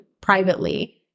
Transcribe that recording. privately